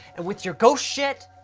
and with your ghost shit,